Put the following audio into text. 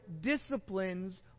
disciplines